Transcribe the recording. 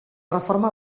reforma